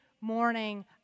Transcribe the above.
morning